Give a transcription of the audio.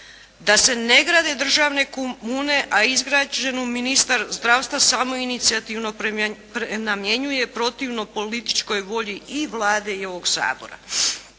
da se ne grade državne komune, a izgrađenu ministar zdravstva samoinicijativno namjenjuje protivno političkoj volji i Vlade i ovog Sabora.